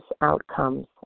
outcomes